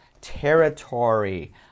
territory